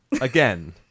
again